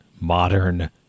modern